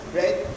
right